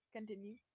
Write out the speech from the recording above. Continue